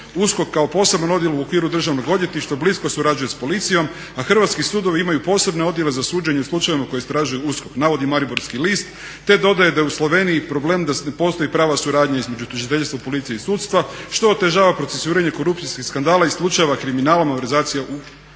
USKOK kao poseban odjel u okviru državnog odvjetništva blisko surađuje s policijom, a hrvatski sudovi imaju posebne odjela za suđenje u slučajevima koje istražuje USKOK, navodi Mariborski list te dodaje da je u Sloveniji problem da ne postoji prava suradnja između tužiteljstva, policije i sudstva što otežava procesuiranje korupcijskih skandala i slučajeva kriminala, malverzacija u